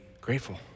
grateful